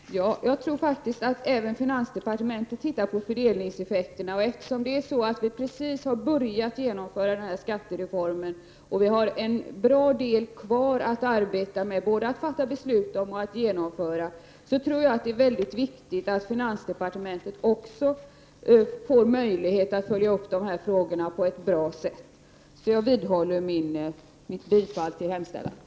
Herr talman! Jag tror faktiskt att även finansdepartementet ser på fördelningseffekterna. Skattereformen har just börjat genomföras och det finns en stor bit kvar att både fatta beslut om och genomföra. Därför är det viktigt att finansdepartementet också ges möjlighet att följa upp dessa frågor på ett bra sätt. Jag vidhåller mitt yrkande om bifall till utskottets hemställan.